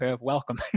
welcome